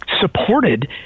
supported